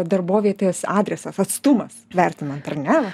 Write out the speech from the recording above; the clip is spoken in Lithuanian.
darbovietės adresas atstumas vertinant ar ne